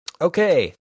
Okay